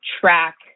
track